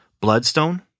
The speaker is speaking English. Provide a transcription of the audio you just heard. bloodstone